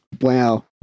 Wow